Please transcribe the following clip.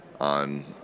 on